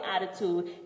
attitude